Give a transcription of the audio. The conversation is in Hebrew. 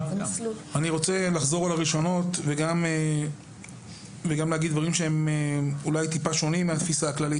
אני לחזור על הראשונות ולהגיד דברים שהם אולי שונים מהתפיסה הכללית.